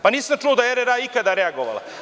Pa nisam čuo da je RRA ikada reagovala.